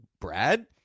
Brad